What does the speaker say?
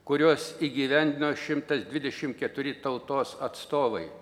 kuriuos įgyvendino šimtas dvidešim keturi tautos atstovai